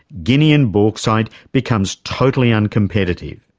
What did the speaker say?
guinean bauxite becomes totally uncompetitive.